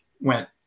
went